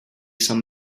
some